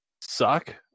suck